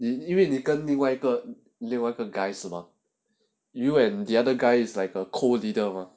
then 因为你跟另外一个另外 guys 是吗 you and the other guy is like a coleader mah